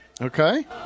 Okay